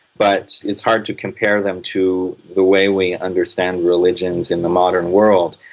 but it's hard to compare them to the way we understand religions in the modern world.